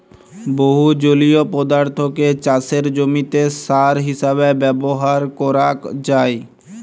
বহু জলীয় পদার্থকে চাসের জমিতে সার হিসেবে ব্যবহার করাক যায়